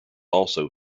also